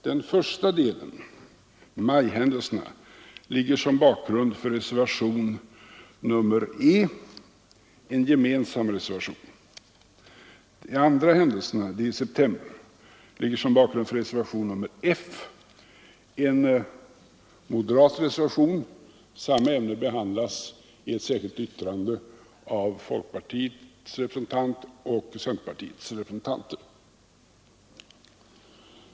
Den första delen, majhändelserna, är bakgrunden till reservationen E, en gemensam reservation. Händelserna i september är bakgrunden till reservationen F, en moderat reservation. Samma ämne behandlas i ett särskilt yttrande av folkpartiets representant och centerpartiets representanter.